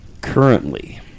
Currently